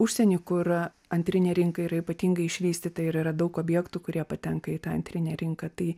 užsieny kur antrinė rinka yra ypatingai išvystyta ir yra daug objektų kurie patenka į tą antrinę rinką tai